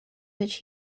which